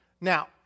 Now